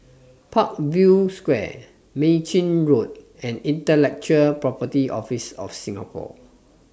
Parkview Square Mei Chin Road and Intellectual Property Office of Singapore